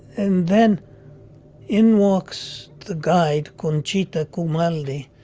and then in walks the guide conchita cumalde.